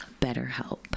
BetterHelp